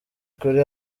kuri